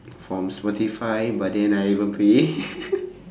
from spotify but then I haven't pay